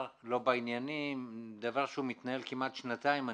לא בעניינים עם דבר שמתנהל כמעט שנתיים,